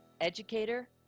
educator